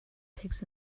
pigs